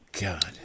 God